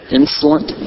insolent